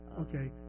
Okay